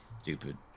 stupid